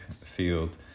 field